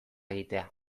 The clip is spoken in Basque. egitea